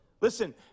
Listen